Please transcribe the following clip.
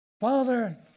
Father